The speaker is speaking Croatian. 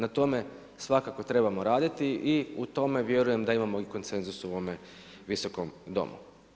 Na tome svakako trebamo raditi i u tome vjerujem da imamo i konsenzus u ovom viskom domu.